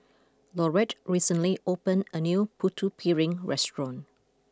Laurette recently opened a new Putu Piring restaurant